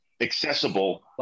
accessible